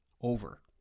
over